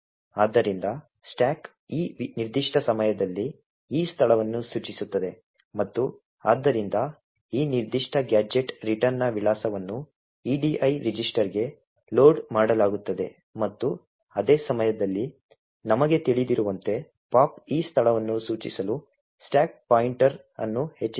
ಆದ್ದರಿಂದ ಸ್ಟಾಕ್ ಈ ನಿರ್ದಿಷ್ಟ ಸಮಯದಲ್ಲಿ ಈ ಸ್ಥಳವನ್ನು ಸೂಚಿಸುತ್ತದೆ ಮತ್ತು ಆದ್ದರಿಂದ ಈ ನಿರ್ದಿಷ್ಟ ಗ್ಯಾಜೆಟ್ ರಿಟರ್ನ್ನ ವಿಳಾಸವನ್ನು edi ರಿಜಿಸ್ಟರ್ಗೆ ಲೋಡ್ ಮಾಡಲಾಗುತ್ತದೆ ಮತ್ತು ಅದೇ ಸಮಯದಲ್ಲಿ ನಮಗೆ ತಿಳಿದಿರುವಂತೆ ಪಾಪ್ ಈ ಸ್ಥಳವನ್ನು ಸೂಚಿಸಲು ಸ್ಟಾಕ್ ಪಾಯಿಂಟರ್ ಅನ್ನು ಹೆಚ್ಚಿಸುತ್ತದೆ